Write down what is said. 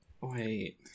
Wait